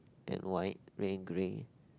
and white grey grey